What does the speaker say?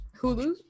Hulu